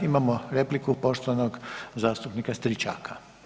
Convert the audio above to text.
Imamo repliku poštovanog zastupnika Stričaka.